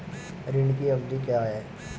ऋण की अवधि क्या है?